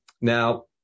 now